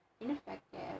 ineffective